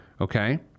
okay